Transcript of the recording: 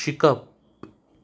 शिकप